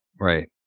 Right